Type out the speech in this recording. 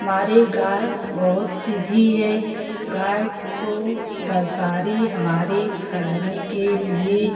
हमारी गाय बहुत सीधी है गाय को व्यापारी हमारे ख़रीदने के लिए